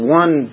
one